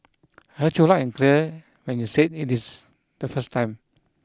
heard you loud and clear when you said it is the first time